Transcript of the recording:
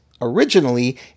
Originally